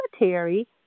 military